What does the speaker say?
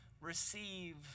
receive